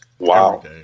Wow